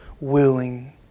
willing